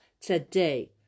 today